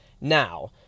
Now